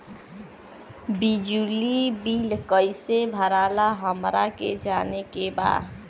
बिजली बिल कईसे भराला हमरा के जाने के बा?